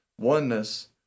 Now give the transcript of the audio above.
oneness